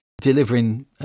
delivering